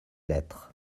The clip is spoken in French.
lettre